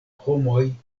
homoj